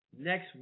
next